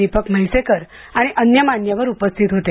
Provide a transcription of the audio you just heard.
दीपक म्हैसेकर आणि अन्य मान्यवर उपस्थित होते